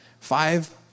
Five